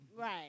Right